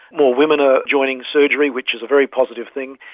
more women are joining surgery, which is a very positive thing.